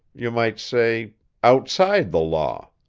you might say outside the law.